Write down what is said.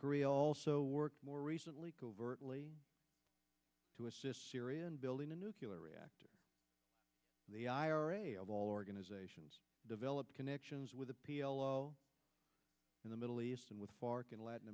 korea also worked more recently covertly to assist syria in building a nuclear reactor the ira of all organizations develop connections with the p l o in the middle east and with fark in latin